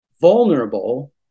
vulnerable